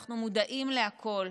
אנחנו מודעים לכול.